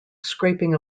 scraping